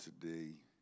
today